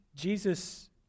Jesus